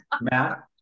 matt